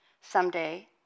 Someday